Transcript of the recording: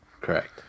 Correct